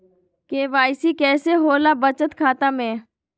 KYC कैसे होला बचत खाता में?